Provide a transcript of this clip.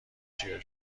چیره